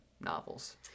novels